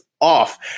off